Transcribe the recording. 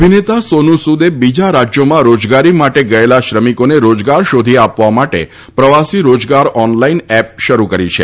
અભિનેતા સોનુ સુદે બીજા રાજ્યોમાં રોજગારી માટે ગયેલા શ્રમિકોને રોજગાર શોધી આપવા માટે પ્રવાસી રોજગાર ઓનલાઇન એપ શરૂ કરી છે